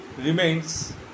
remains